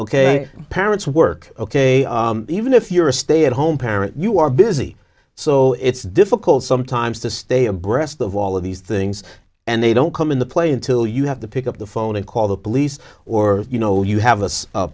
ok parents work ok even if you're a stay at home parent you are busy so it's difficult sometimes to stay abreast of all of these things and they don't come into play until you have to pick up the phone and call the police or you know you have a